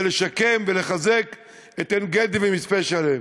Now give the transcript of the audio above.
לשקם ולחזק את עין-גדי ואת מצפה-שלם.